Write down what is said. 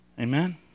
Amen